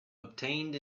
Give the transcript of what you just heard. obtained